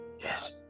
Yes